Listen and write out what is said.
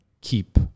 keep